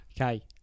okay